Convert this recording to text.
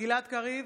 גלעד קריב,